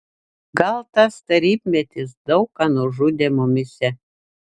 gal tas tarybmetis daug ką nužudė mumyse